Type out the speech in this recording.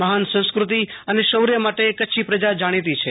મહાન સંસ્કૃતિ અને શૌર્ય માટે કચ્છી પ્રજા જાણીતી છે